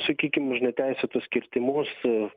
sakykim už neteisėtus kirtimus